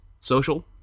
social